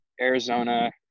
Arizona